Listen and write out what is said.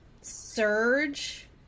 surge